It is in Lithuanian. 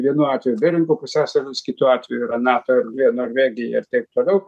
vienu atveju beringo pusiasalis kitu atveju yra nato erdvė norvegija ir taip toliau